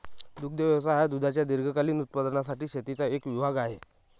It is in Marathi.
दुग्ध व्यवसाय हा दुधाच्या दीर्घकालीन उत्पादनासाठी शेतीचा एक विभाग आहे